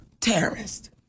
terrorist